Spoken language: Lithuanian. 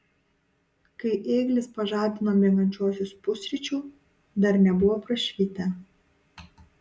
kai ėglis pažadino miegančiuosius pusryčių dar nebuvo prašvitę